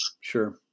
Sure